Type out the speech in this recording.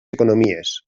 economies